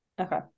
Okay